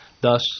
Thus